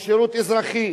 או שירות אזרחי.